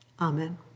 Amen